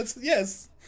Yes